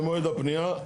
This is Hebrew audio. ממועד הפנייה.